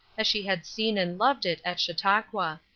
as she had seen and loved it at chautauqua.